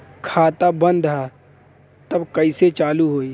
खाता बंद ह तब कईसे चालू होई?